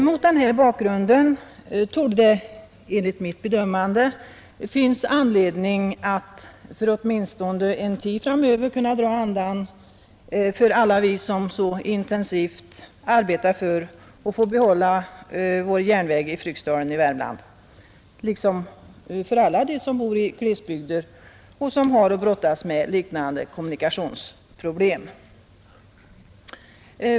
Mot denna bakgrund torde det enligt mitt bedömande vara möjligt, åtminstone för en tid framöver, att dra andan för oss alla som intensivt arbetar för att få behålla vår järnväg i Fryksdalen i Värmland, liksom för 69 alla dem som bor i glesbygder och som har att brottas med liknande kommunikationsproblem.